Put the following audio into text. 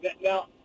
Now